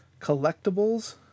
Collectibles